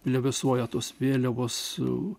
plevėsuoja tos vėliavos su